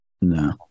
No